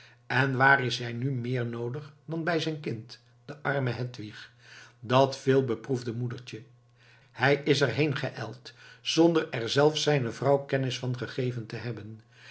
en waar is hij nu meer noodig dan bij zijn kind de arme hedwig dat veel beproefde moedertje hij is er heen geijld zonder er zelfs zijne vrouw kennis van gegeven te hebben